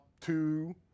two